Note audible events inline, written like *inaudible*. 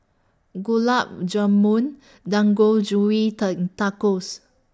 Gulab Jamun *unintelligible* Tacos